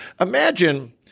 Imagine